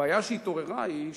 הבעיה שהתעוררה היא,